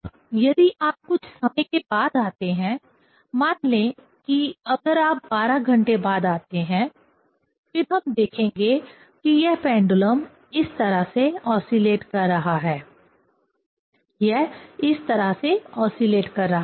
अब यदि आप कुछ समय के बाद आते हैं मान लें के अगर आप 12 घंटे बाद आते हैं फिर हम देखेंगे कि यह पेंडुलम इस तरह से ओसीलेट कर रहा है यह इस तरह से ओसीलेट कर रहा है